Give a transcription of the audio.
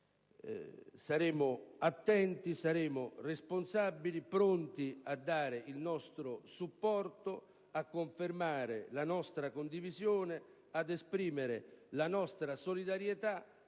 saremo attenti, saremo responsabili, pronti a dare il nostro supporto, a confermare la nostra condivisione, ad esprimere la nostra solidarietà,